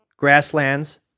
Grasslands